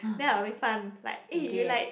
then I will make fun like eh you like